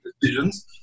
decisions